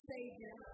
Savior